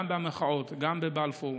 גם במחאות, גם בבלפור,